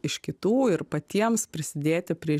iš kitų ir patiems prisidėti prie